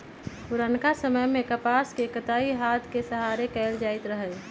पुरनका समय में कपास के कताई हात के सहारे कएल जाइत रहै